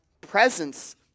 presence